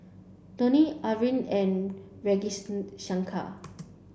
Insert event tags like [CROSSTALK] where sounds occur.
Dhoni Arvind and Ragis [UNINTELLIGIBLE] Shankar